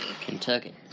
Kentucky